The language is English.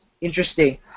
interesting